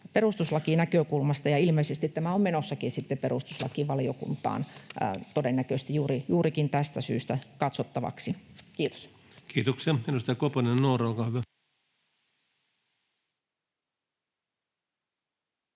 perustuslakinäkökulmasta? Ilmeisesti tämä on menossakin sitten perustuslakivaliokuntaan katsottavaksi, todennäköisesti juurikin tästä syystä. — Kiitos. Kiitoksia.